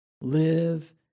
live